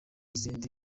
izindi